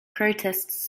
protests